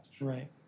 Right